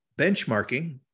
benchmarking